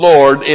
Lord